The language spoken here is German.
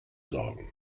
sorgen